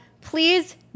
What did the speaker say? please